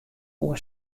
oer